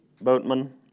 Boatman